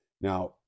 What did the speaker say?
now